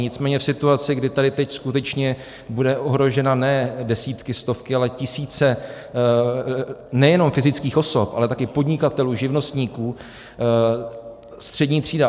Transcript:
Nicméně v situaci, kdy tady teď skutečně budou ohroženy ne desítky, stovky, ale tisíce nejenom fyzických osob, ale taky podnikatelů, živnostníků, střední třída.